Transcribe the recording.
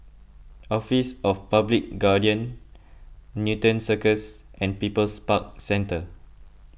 Office of the Public Guardian Newton Circus and People's Park Centre